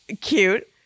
cute